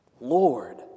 Lord